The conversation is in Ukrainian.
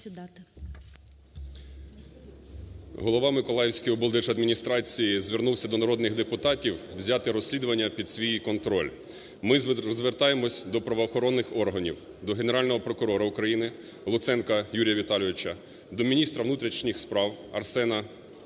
Голова Миколаївської облдержадміністрації звернувся до народних депутатів взяти розслідування під свій контроль. Ми звертаємося до правоохоронних органів, до Генерального прокурора України Луценка Юрія Віталійовича, до міністра внутрішніх справ Арсена Борисовича